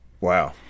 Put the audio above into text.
Wow